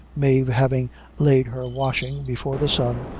mave having laid her washing before the sun,